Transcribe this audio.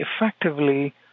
effectively